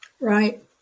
Right